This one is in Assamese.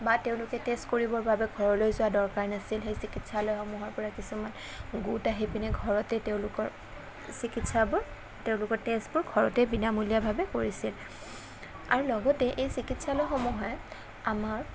বা তেওঁলোকে টেষ্ট কৰিবৰ বাবে ঘৰলৈ যোৱা দৰকাৰ নাছিল সেই চিকিৎসালয়সমূহৰপৰা কিছুমান গোট আহি পিনে ঘৰতে তেওঁলোকৰ চিকিৎসাবোৰ তেওঁলোকৰ টেষ্টবোৰ ঘৰতেই বিনামূলীয়াভাৱে কৰিছিল আৰু লগতে এই চিকিৎসালয়সমূহে আমাৰ